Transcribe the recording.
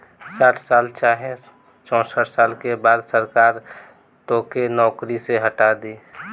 साठ साल चाहे चौसठ साल के बाद सरकार तोके नौकरी से हटा दी